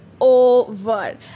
over